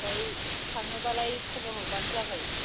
ओमफ्राय थाङोबालाय खबर हरबानो जाबाय